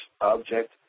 object